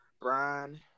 Brian